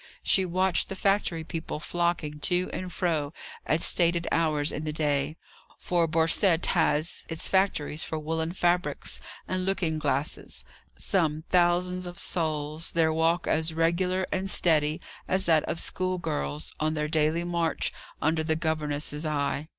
she watched the factory people flocking to and fro at stated hours in the day for borcette has its factories for woollen fabrics and looking-glasses some thousands of souls, their walk as regular and steady as that of school-girls on their daily march under the governess's eye.